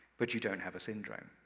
but you don't have a syndrome.